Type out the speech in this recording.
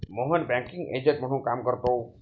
Mohan banking agent म्हणून काम करतो